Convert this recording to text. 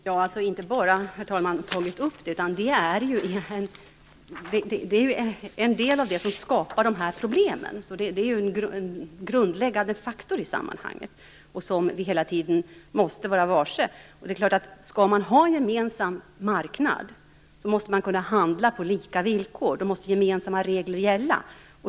Herr talman! Vi har inte bara tagit upp dessa frågor. De är en del av det som skapar problemen. Det är en grundläggande faktor i sammanhanget, som vi hela tiden måste vara varse. Skall man ha en gemensam marknad, måste man kunna handla på lika villkor. Då måste gemensamma regler gälla.